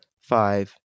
five